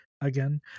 again